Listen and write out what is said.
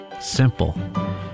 Simple